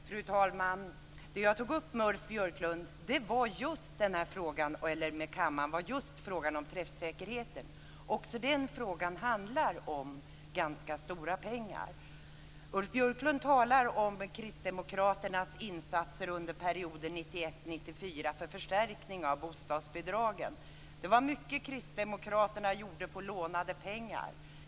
Fru talman! Jag tog upp frågan om träffsäkerheten med kammaren. Också den frågan handlar om stora pengar. Ulf Björklund talar om kristdemokraternas insatser under perioden 1991-1994 för förstärkning av bostadsbidragen. Det var mycket som kristdemokraterna gjorde med hjälp av lånade pengar.